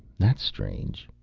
that's strange.